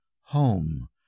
Home